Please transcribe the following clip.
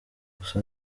gusa